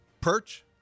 Perch